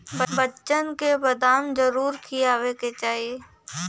बच्चन के बदाम जरूर खियावे के चाही